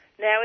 Now